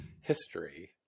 history